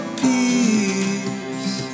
peace